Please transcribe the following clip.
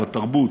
בתרבות,